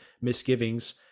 misgivings